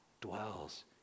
dwells